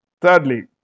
Thirdly